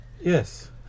yes